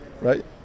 Right